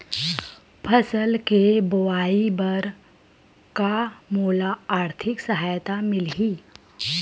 फसल के बोआई बर का मोला आर्थिक सहायता मिलही?